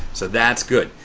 so that's good.